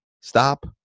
stop